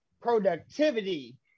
productivity